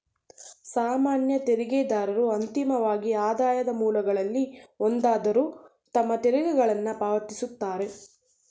ಸಾಮಾನ್ಯ ತೆರಿಗೆದಾರರು ಅಂತಿಮವಾಗಿ ಆದಾಯದ ಮೂಲಗಳಲ್ಲಿ ಒಂದಾದ್ರು ತಮ್ಮ ತೆರಿಗೆಗಳನ್ನ ಪಾವತಿಸುತ್ತಾರೆ